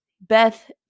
Beth